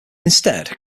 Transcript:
instead